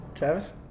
Travis